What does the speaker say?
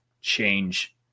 change